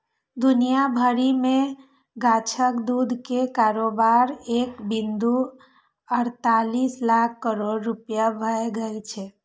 दुनिया भरि मे गाछक दूध के कारोबार एक बिंदु अड़तालीस लाख करोड़ रुपैया भए गेल छै